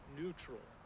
neutral